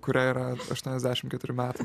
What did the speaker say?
kuriai yra aštuoniasdešimt keturi metai